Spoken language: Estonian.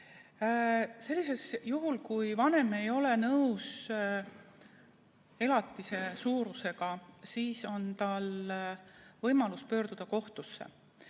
Sellisel juhul, kui vanem ei ole nõus elatise suurusega, on tal võimalus pöörduda kohtusse.